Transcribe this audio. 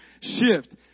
shift